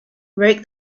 rake